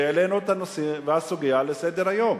שהעלינו את הנושא והסוגיה לסדר-היום.